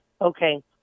okay